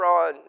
on